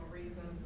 reason